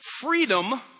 freedom